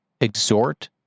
exhort